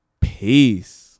Peace